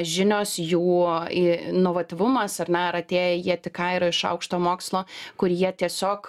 žinios jų inovatyvumas ar ne ir atėję jie tik ką yra iš aukšto mokslo kur jie tiesiog